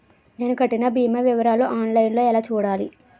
నేను కట్టిన భీమా వివరాలు ఆన్ లైన్ లో ఎలా చూడాలి?